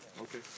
Okay